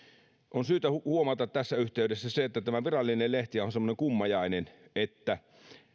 on syytä huomata tässä yhteydessä se että tämä virallinen lehtihän on semmoinen kummajainen että